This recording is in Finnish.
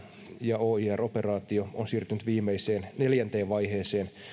ja oir operaatio on siirtynyt viimeiseen neljänteen vaiheeseen